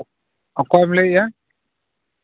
ᱚᱠᱚᱭᱮᱢ ᱞᱟᱹᱭᱮᱫᱼᱟ